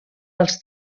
dels